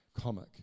comic